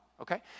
okay